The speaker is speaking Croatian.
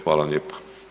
Hvala vam lijepa.